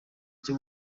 cyo